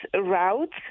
routes